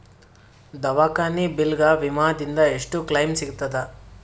ದವಾಖಾನಿ ಬಿಲ್ ಗ ವಿಮಾ ದಿಂದ ಎಷ್ಟು ಕ್ಲೈಮ್ ಸಿಗತದ?